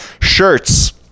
shirts